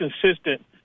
consistent